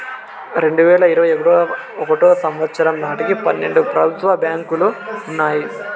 రెండువేల ఇరవై ఒకటో సంవచ్చరం నాటికి పన్నెండు ప్రభుత్వ రంగ బ్యాంకులు ఉన్నాయి